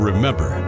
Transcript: Remember